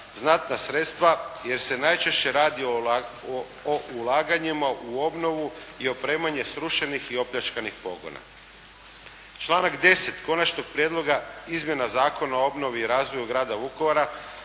znatna sredstva, jer se najčešće radi o ulaganjima u obnovu i opremanjima srušenih i opljačkanih pogona. Članak 10. Konačno prijedloga izmjena Zakona o obnovi i razvoju Grada Vukovara